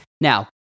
Now